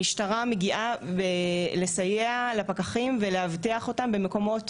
המשטרה מגיעה לסייע לפקחים ולאבטח אותם במקומות